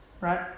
Right